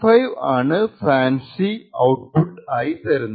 5 ആണ് fancy output അയിത്തരുന്നത്